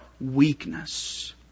weakness